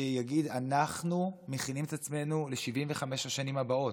שיגיד: אנחנו מכינים את עצמנו ל-75 השנים הבאות,